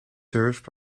served